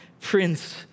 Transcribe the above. Prince